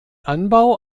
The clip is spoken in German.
anbau